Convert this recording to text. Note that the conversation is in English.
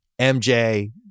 MJ